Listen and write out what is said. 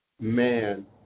man